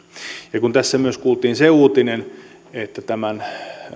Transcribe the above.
ja kun tässä myös kuultiin se uutinen että tämän